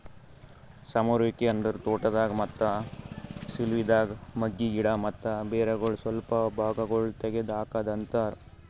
ಸಮರುವಿಕೆ ಅಂದುರ್ ತೋಟದಾಗ್, ಮತ್ತ ಸಿಲ್ವಿದಾಗ್ ಮಗ್ಗಿ, ಗಿಡ ಮತ್ತ ಬೇರಗೊಳ್ ಸ್ವಲ್ಪ ಭಾಗಗೊಳ್ ತೆಗದ್ ಹಾಕದ್ ಅಂತರ್